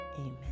Amen